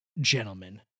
gentlemen